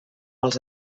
els